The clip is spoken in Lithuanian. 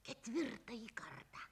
ketvirtąjį kartą